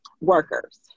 workers